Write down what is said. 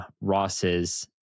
ross's